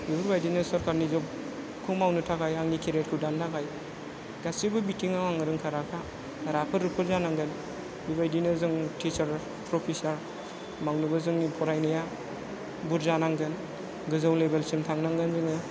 बेफोरबायदिनो सोरखारनि जबखौ मावनो थाखाय आंनि केरियारखौ दानो थाखाय गासैबो बिथिंआव आं रोंखा राखा राफोद रुफोद जानांगोन बेबायदिनो जों टिचार प्रफेसार मावनोबो जोंनि फरायनाया बुरजा नांगोन गोजौ लेभेलसिम थांनांगोन जोङो